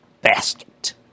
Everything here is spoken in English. basket